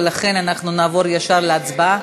לכן נעבור ישר להצבעה.